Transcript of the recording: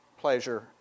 pleasure